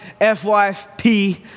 FYP